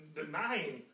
denying